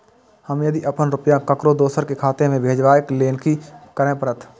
हम यदि अपन रुपया ककरो दोसर के खाता में भेजबाक लेल कि करै परत?